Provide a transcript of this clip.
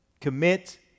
commit